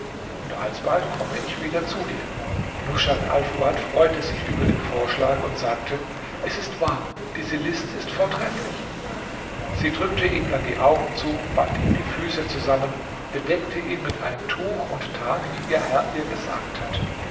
und alsbald komme ich wieder zu dir rushat alfuad freute sich über den vorschlag und sagte es ist wahr diese list ist vortrefflich sie drückte ihm dann die augen zu band ihm die füße zusammen bedeckte ihn mit einem tuch und tat wie ihr herr ihr gesagt hatte